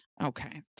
Okay